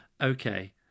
okay